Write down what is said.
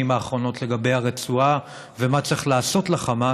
האחרונות לגבי הרצועה ומה צריך לעשות לחמאס,